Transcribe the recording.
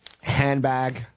Handbag